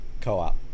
co-op